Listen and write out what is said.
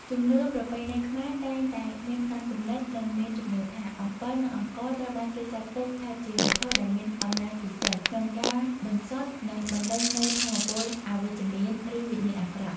ជំនឿប្រពៃណីខ្មែរតែងតែមានផ្នត់គំនិត និងមានជំនឿថា អំបិល និងអង្ករ ត្រូវបានគេចាត់ទុកថាជាវត្ថុដែលមាន អំណាចពិសេស ក្នុងការ បន្សុទ្ធ និងបណ្ដេញនូវថាមពលអវិជ្ជមាន ឬវិញ្ញាណអាក្រក់។